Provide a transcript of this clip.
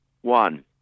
One